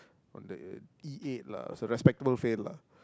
on the E-eight lah so a respectable fail lah